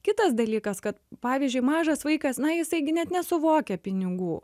kitas dalykas kad pavyzdžiui mažas vaikas na jisai gi net nesuvokia pinigų